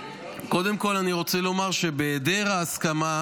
קודם כול, אני רוצה לומר שבהיעדר ההסכמה,